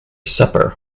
supper